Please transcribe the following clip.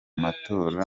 matora